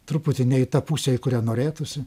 truputį ne į tą pusę į kurią norėtųsi